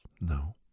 no